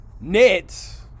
Nets